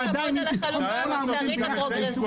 ועדיין אם תסכום את כל העמודים ביחד,